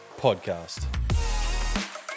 Podcast